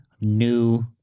new